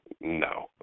no